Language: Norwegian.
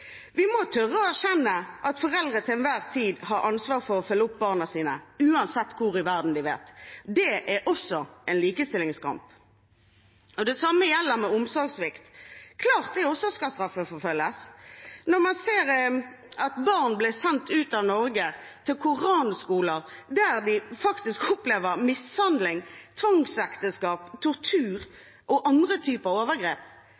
må tørre å erkjenne at foreldre til enhver tid har ansvar for å følge opp barna sine, uansett hvor i verden de lever. Det er også en likestillingskamp. Det samme gjelder omsorgssvikt. Det er klart også det skal straffeforfølges, når man ser at barn blir sendt ut av Norge til koranskoler der de opplever mishandling, tvangsekteskap, tortur og andre typer overgrep.